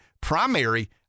primary